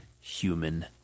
human